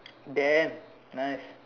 then nice